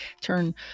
turn